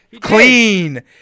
Clean